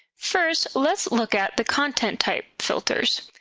first, let's look at the content type filters.